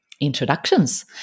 introductions